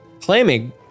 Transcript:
claiming